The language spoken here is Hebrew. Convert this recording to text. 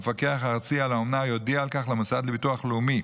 המפקח הארצי על האומנה יודיע על כך למוסד לביטוח לאומי,